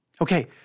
Okay